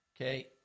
okay